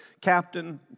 captain